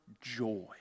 joy